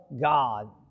God